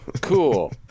Cool